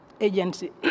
agency